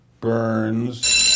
Burns